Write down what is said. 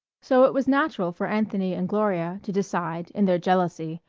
so it was natural for anthony and gloria to decide, in their jealousy,